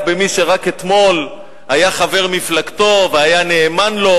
במי שרק אתמול היה חבר מפלגתו והיה נאמן לו,